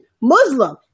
Muslim